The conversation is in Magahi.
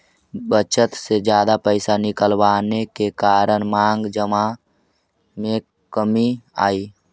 बैंक से जादा पैसे निकलवाने के कारण मांग जमा दर में कमी आई